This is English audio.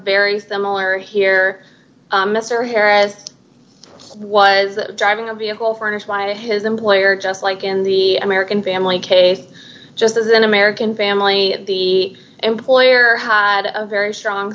very similar here mr harris was driving a vehicle for his employer just like in the american family case just as an american family the employer had a very strong